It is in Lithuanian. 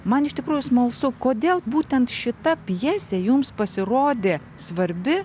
man iš tikrųjų smalsu kodėl būtent šita pjesė jums pasirodė svarbi